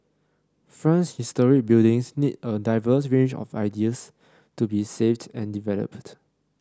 France's historic buildings need a diverse range of ideas to be saved and developed